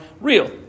real